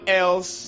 else